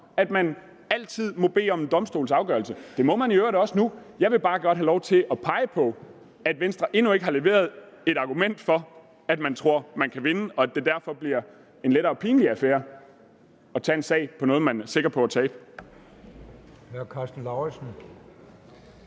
at man altid må bede om en domstols afgørelse. Det må man i øvrigt også nu. Jeg vil bare godt have lov til at pege på, at Venstre endnu ikke har leveret et argument for, at man tror, man kan vinde, og at det derfor bliver en lettere pinlig affære at tage en sag om noget, man er sikker på at tabe.